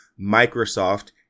Microsoft